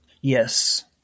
Yes